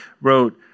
wrote